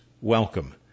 welcome